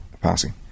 passing